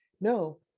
No